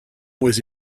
was